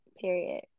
Period